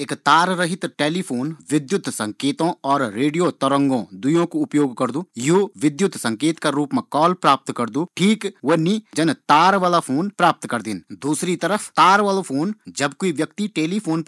एक तार रहित टेलीफोन विधुत तरंगो और ध्वनि तरंगो कु उपयोग करदु बिलकुल वे ही तरीका सी जन्न तार वालू फोन